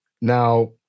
now